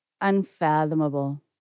unfathomable